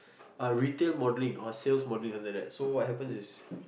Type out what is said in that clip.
uh retail modelling or sales modelling something like that so what happens is